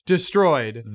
Destroyed